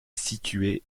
situé